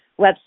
website